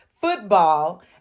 football